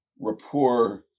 rapport